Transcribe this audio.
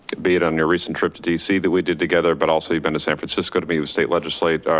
based on your recent trip to dc that we did together, but also you've been to san francisco to meet with state legislator,